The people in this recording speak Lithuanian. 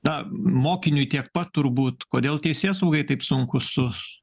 na mokiniui tiek pat turbūt kodėl teisėsaugai taip sunku sus